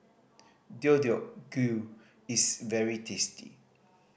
Deodeok Gui is very tasty